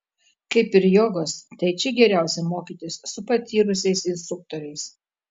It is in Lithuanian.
kaip ir jogos tai či geriausia mokytis su patyrusiais instruktoriais